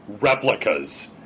replicas